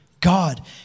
God